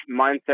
mindset